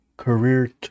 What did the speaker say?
Career